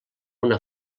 una